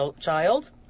child